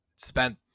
Spent